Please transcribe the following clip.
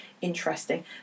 interesting